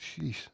Jeez